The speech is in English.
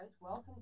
Welcome